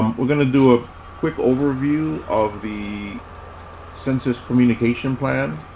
we're going to do a quick overview of the census communication plan